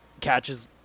catches